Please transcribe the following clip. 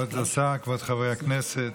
כבוד השר, כבוד חברי הכנסת,